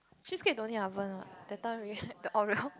cheesecake don't need oven what that time we the oreo